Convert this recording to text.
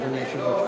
אדוני היושב-ראש.